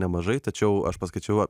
nemažai tačiau aš paskaičiau